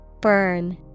Burn